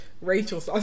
Rachel